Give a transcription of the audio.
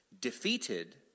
defeated